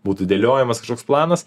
būtų dėliojamas kažkoks planas